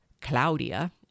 Claudia